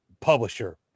publisher